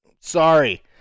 Sorry